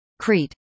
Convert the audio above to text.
Crete